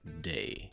day